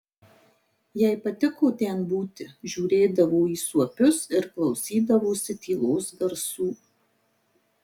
jai patiko ten būti žiūrėdavo į suopius ir klausydavosi tylos garsų